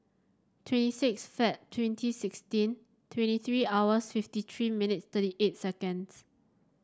twenty six Feb twenty sixteen twenty three hours fifty three minutes thirty eight seconds